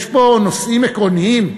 יש פה נושאים עקרוניים,